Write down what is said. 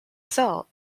cell